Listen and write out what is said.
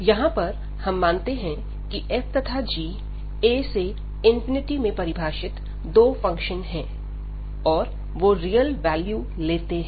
यहां पर हम मानते हैं कि f तथा g a से में परिभाषित दो फंक्शन हैं और वो रियल वैल्यू लेते हैं